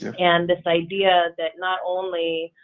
and this idea that not only